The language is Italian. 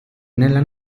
nella